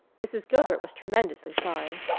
mrs. gilbert was tremendously sorry.